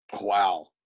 Wow